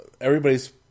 everybody's